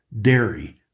dairy